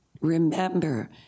remember